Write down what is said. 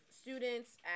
students